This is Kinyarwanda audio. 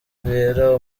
vieira